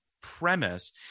premise